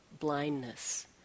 blindness